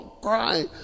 crying